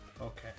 Okay